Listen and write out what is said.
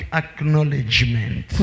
acknowledgement